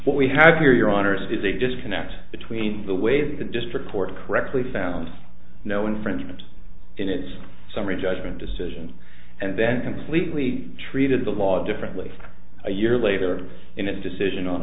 what we have here your honour's is a disconnect between the way that the district court correctly found no infringement in its summary judgment decision and then completely treated the law differently a year later in a decision on